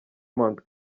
mount